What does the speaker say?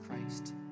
Christ